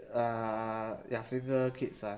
uh ya single kids ah